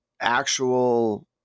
actual